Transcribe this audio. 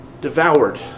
devoured